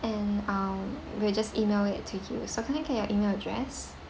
and uh we'll just E-mail it to you so can I get your E-mail address